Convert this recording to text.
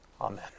Amen